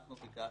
אנחנו ביקשנו,